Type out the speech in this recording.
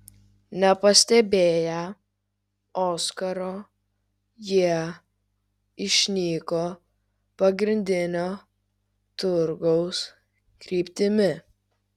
nepastebėję oskaro jie išnyko pagrindinio turgaus kryptimi